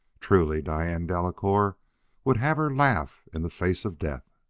truly, diane delacouer would have her laugh in the face of death.